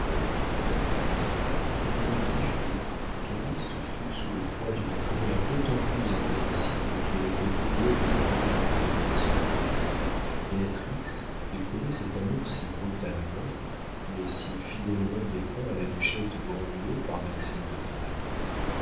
pendant dix jours calyste fut sous le poids d'une colère d'autant plus invincible qu'elle était doublée d'une véritable passion béatrix éprouvait cet amour si brutalement mais si fidèlement dépeint à la duchesse de grandlieu par maxime de trailles